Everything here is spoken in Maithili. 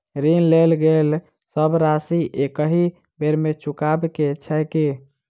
ऋण लेल गेल सब राशि एकहि बेर मे चुकाबऽ केँ छै की?